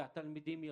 והתלמידים ירוויחו.